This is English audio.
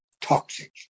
Toxic